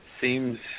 seems